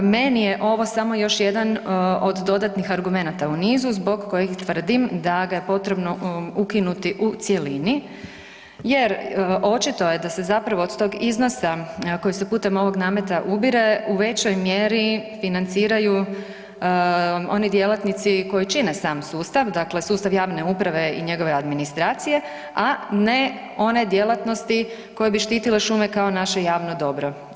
Meni je ovo samo još jedan od dodatnih argumenata u niz zbog kojih tvrdim da ga je potrebno ukinuti u cjelini jer očito je da se od tog iznosa koji se putem ovog nameta ubire u većoj mjeri financiraju oni djelatnici koji čine sam sustav, dakle sustav javne uprave i njegove administracije, a ne one djelatnosti koje bi štitile šume kao naše javno dobro.